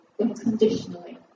unconditionally